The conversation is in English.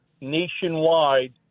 nationwide